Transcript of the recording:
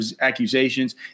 accusations